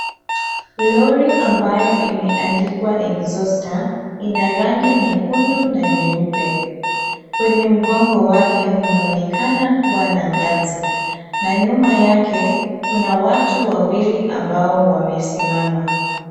Lori ambayo imeandikwa exhauster , ina rangi nyekundu na nyeupe, kwenye mgongo wake mnaonekana kua na gazi na nyuma yake kuna watu wawili ambao wamesimama.